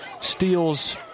steals